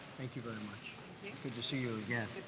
thank you very much good to see you again